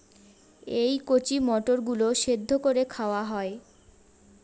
এই কচি মটর গুলো সেদ্ধ করে খাওয়া হয়